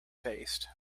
faced